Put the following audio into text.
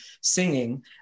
singing